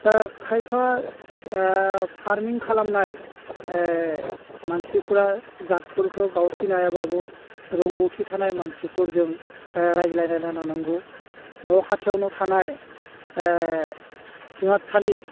दा खायफा फारमिं खालामनाय मानसिफ्रा जादफोरखौ गाव सिनायाबाबो रोंगौथि थानाय मानसिफोरजों राइज्लायलायना लानांगौ न' खाथियावनो थानाय जुनारसालि